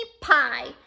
Pie